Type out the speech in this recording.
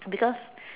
because